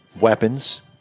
weapons